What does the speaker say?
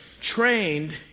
trained